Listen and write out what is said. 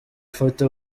foto